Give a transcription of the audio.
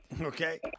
Okay